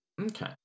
Okay